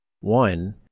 One